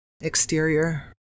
exterior